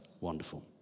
Wonderful